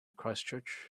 christchurch